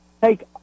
take